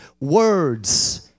words